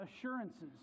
assurances